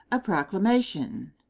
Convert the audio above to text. a proclamation.